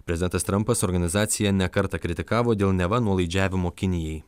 prezidentas trampas organizaciją ne kartą kritikavo dėl neva nuolaidžiavimo kinijai